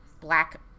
black